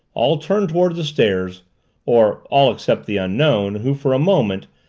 all turned toward the stairs or all except the unknown, who, for a moment,